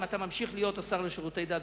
אם אתה ממשיך להיות השר לשירותי דת,